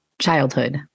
childhood